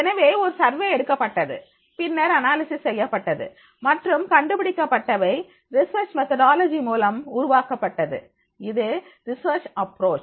எனவே ஒரு சர்வே எடுக்கப்பட்டது பின்னர் அனாலிசிஸ் செய்யப்பட்டது மற்றும் கண்டுபிடிக்கப்பட்டவை ரிசர்ச் மெதொடாலஜி மூலம் உருவாக்கப்பட்டது இது ரிசர்ச் அப்புரோச்